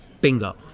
Bingo